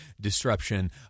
disruption